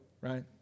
right